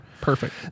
Perfect